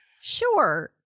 Sure